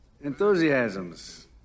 Enthusiasms